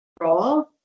role